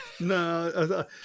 No